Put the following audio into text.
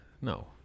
No